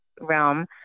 realm